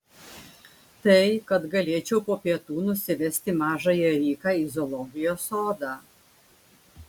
tai kad galėčiau po pietų nusivesti mažąją riką į zoologijos sodą